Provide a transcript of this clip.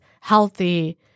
healthy